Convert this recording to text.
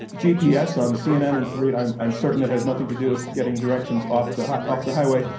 gps on cnn and fareed, i'm i'm certain that has nothing to do with getting directions off the off the highway.